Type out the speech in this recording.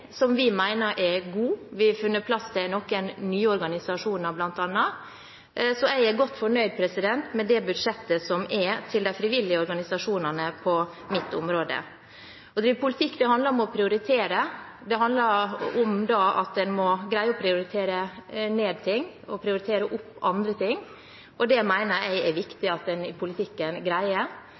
som vi mener er god – vi har bl.a. funnet plass til noen nye organisasjoner – så jeg er godt fornøyd med det budsjettet som er til de frivillige organisasjonene på mitt område. Det å drive politikk handler om å prioritere, det handler om at en må greie å prioritere ned noen ting og prioritere opp andre ting. Det mener jeg det er viktig at en greier i politikken.